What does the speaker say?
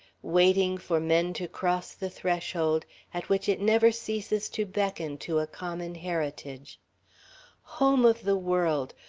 waiting for men to cross the threshold at which it never ceases to beckon to a common heritage home of the world,